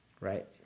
right